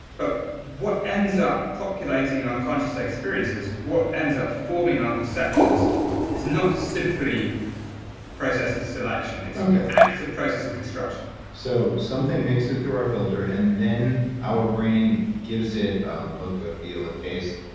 but what ends up populating our conscious experiences, what ends up forming our perceptions is not simply a process of selection. it's an active process of construction so, something makes it through our filter, and then our brain gives it a look, a feel, a taste.